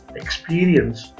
experience